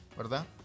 verdad